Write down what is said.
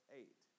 eight